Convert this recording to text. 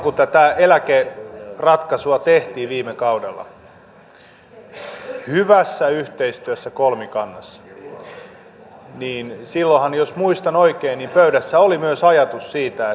silloinhan kun tätä eläkeratkaisua tehtiin viime kaudella hyvässä yhteistyössä kolmikannassa jos muistan oikein pöydässä oli myös ajatus siitä